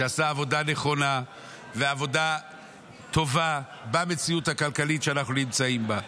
שעשה עבודה נכונה ועבודה טובה במציאות הכלכלית שאנחנו נמצאים בה.